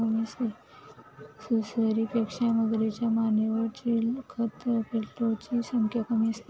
सुसरीपेक्षा मगरीच्या मानेवर चिलखत प्लेटोची संख्या कमी असते